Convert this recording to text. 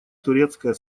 турецкая